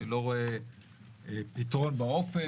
אני לא רואה פתרון באופק.